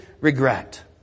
regret